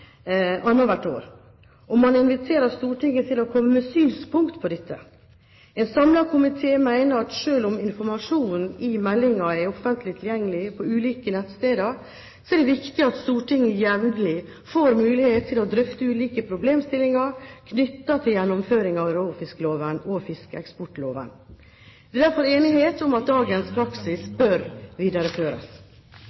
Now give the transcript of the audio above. år, og man inviterer Stortinget til å komme med synspunkter på dette. En samlet komité mener at selv om informasjonen i meldingen er offentlig tilgjengelig på ulike nettsteder, er det viktig at Stortinget jevnlig får mulighet til å drøfte ulike problemstillinger knyttet til gjennomføring av råfiskloven og fiskeeksportloven. Det er derfor enighet om at dagens praksis